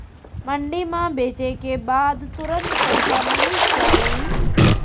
मंडी म बेचे के बाद तुरंत पइसा मिलिस जाही?